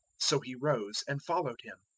so he rose and followed him.